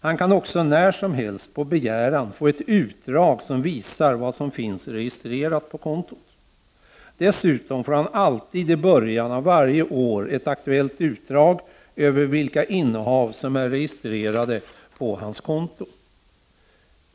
Han kan också när som helst på begäran få ett utdrag som visar vad som finns registrerat på kontot. Dessutom får han alltid i början av varje år ett aktuellt utdrag över vilka innehav som är registrerade på hans konto.